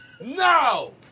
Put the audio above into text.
No